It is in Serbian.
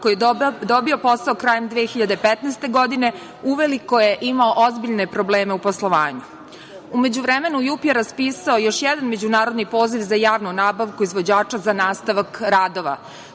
koji je dobio posao krajem 2015. godine, uveliko je imao ozbiljne probleme u poslovanju.U međuvremenu, JUP je raspisao još jedan međunarodni poziv za javnu nabavku izvođača za nastavak radova.